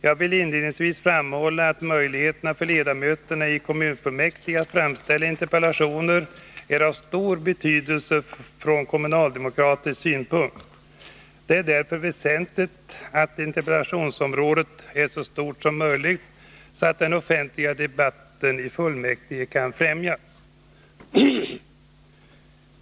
Jag vill inledningsvis framhålla att möjligheten för ledamöterna i kommunfullmäktige att framställa interpellationer är av stor betydelse från kommunaldemokratisk synpunkt. Det är därför väsentligt att interpellationsområdet är så stort som möjligt, så att den offentliga debatten i fullmäktige främjas.